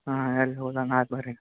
ಹಾಂ ಎಲ್ಲಿ ಹೋಗಲ್ಲ ನಾಳೆ ಬರ್ರಿ